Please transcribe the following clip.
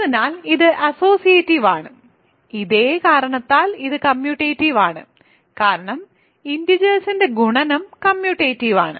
അതിനാൽ ഇത് അസ്സോസിയേറ്റീവ് ആണ് ഇതേ കാരണത്താൽ ഇത് കമ്മ്യൂട്ടേറ്റീവ് ആണ് കാരണം ഇന്റിജേഴ്സിന്റെ ഗുണനം കമ്മ്യൂട്ടേറ്റീവ് ആണ്